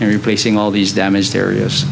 and replacing all these damaged areas